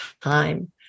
time